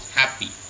happy